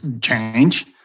change